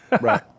Right